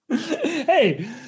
Hey